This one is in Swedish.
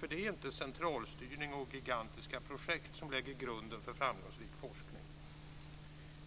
Det är nämligen inte centralstyrning och gigantiska projekt som lägger grunden för framgångsrik forskning.